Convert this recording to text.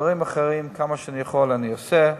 דברים אחרים, כמה שאני יכול אני עושה.